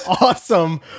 awesome